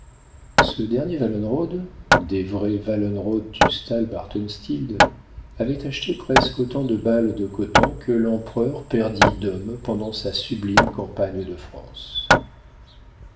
ce dernier wallenrod des vrais wallenrod tustall bartenstild avait acheté presque autant de balles de coton que l'empereur perdit d'hommes pendant sa sublime campagne de france